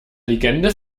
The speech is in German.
legende